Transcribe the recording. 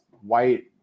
white